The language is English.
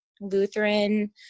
Lutheran